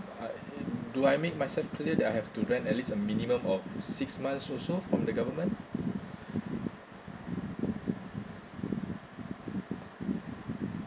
uh do I make myself clear that I have to plan at least a minimum of six months also from the government